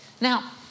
Now